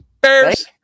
Bears